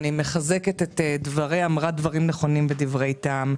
היא אמרה דברים נכונים ודברי טעם.